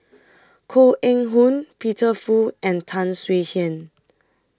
Koh Eng Hoon Peter Fu and Tan Swie Hian